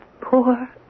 poor